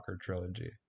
trilogy